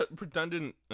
redundant